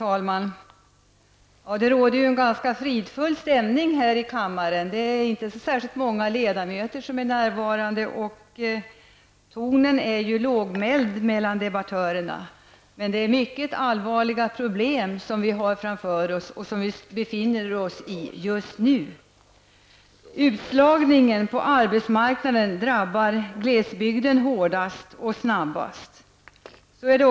Herr talman! Det råder en ganska fridfull stämning här i kammaren. Det är inte särskilt många ledamöter närvarande, och tonen är lågmäld mellan debattörerna. Men det är mycket allvarliga problem som vi har framför oss och som finns just nu. Utslagningen från arbetsmarknaden drabbar glesbygden hårdast och snabbast.